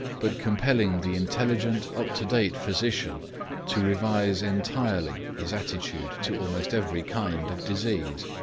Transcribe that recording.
but compelling the intelligent, up-to-date physician to revise entirely his attitude to almost every kind of disease.